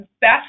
best